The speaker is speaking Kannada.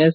ಎಸ್